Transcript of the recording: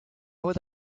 would